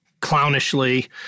clownishly